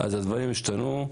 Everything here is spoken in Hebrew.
אז הדברים השתנו.